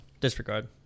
Disregard